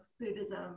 Buddhism